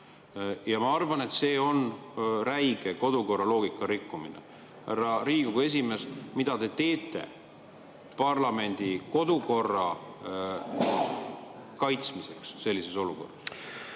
Ma arvan, et see on räige kodukorra loogika rikkumine. Härra Riigikogu esimees, mida te teete parlamendi kodukorra kaitsmiseks sellises olukorras?